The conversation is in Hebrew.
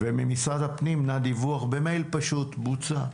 ממשרד הפנים אני מבקש לקבל מייל דיווח על כך שהדבר בוצע.